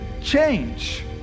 change